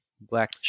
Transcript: Black